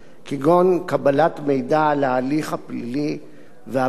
כגון קבלת מידע על ההליך הפלילי והבעת